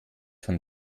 von